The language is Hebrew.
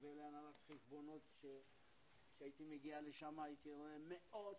ולהנהלת חשבונות שכשהייתי מגיע לשם הייתי רואה מאות,